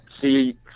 see